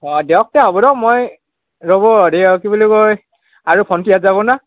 অঁ দিয়ক তে হ'ব দিয়ক মই ৰ'ব হেৰি আৰু কি বুলি কয় আৰু ভণ্টিহঁত যাবনা